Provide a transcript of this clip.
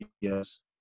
yes